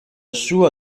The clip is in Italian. sua